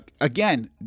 again